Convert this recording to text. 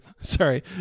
Sorry